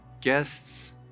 Guests